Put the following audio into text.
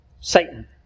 Satan